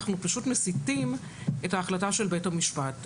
אנחנו פשוט מסיטים את ההחלטה של בית המשפט.